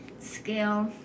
skill